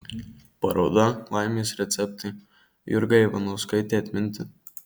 paroda laimės receptai jurgai ivanauskaitei atminti